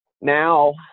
now